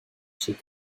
she